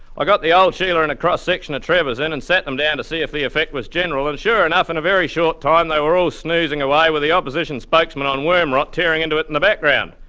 i got the old shiela and a cross-section of trevor's in and sat them down to see if the effect was general, and sure enough in a very short time they were all snoozing away with the opposition spokesman on worm rot tearing into it in the background.